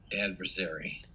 adversary